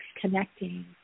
connecting